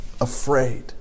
afraid